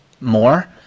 more